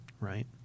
right